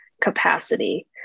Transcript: capacity